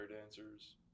dancers